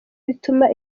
bituma